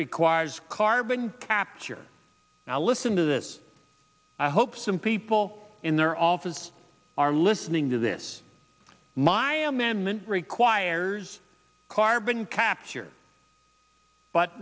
requires carbon capture now listen to this i hope some people in their office are listening to this my am man that requires carbon capture but